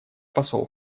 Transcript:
посол